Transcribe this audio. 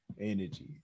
energy